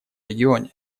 регионе